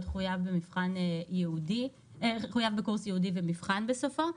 חויב בקורס ייעודי ומבחן בסופו,